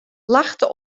lachte